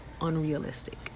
unrealistic